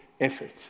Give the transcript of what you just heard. effort